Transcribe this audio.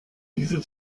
diese